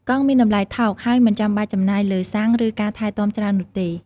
កង់មានតម្លៃថោកហើយមិនចាំបាច់ចំណាយលើសាំងឬការថែទាំច្រើននោះទេ។